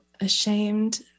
ashamed